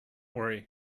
worry